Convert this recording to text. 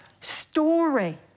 story